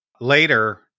Later